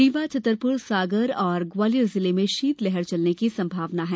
रीवा छतरपुर सागर और ग्वालियर जिले में शीतलहर चलने की संभावना है